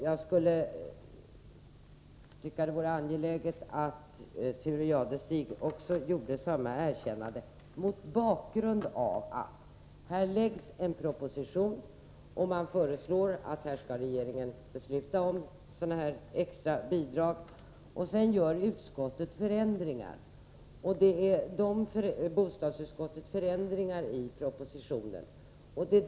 Jag tycker att det vore angeläget om Thure Jadestig gjorde samma erkännande mot bakgrund av att det här läggs fram en proposition som innebär att regeringen skall besluta om sådana här extra bidrag. Sedan gör bostadsutskottet ändringar i propositionen.